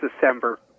december